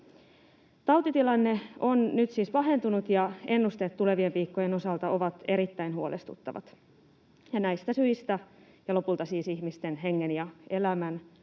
Tautitilanne on nyt siis pahentunut, ja ennusteet tulevien viikkojen osalta ovat erittäin huolestuttavat. Näistä syistä ja lopulta siis ihmisten hengen ja elämän